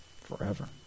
forever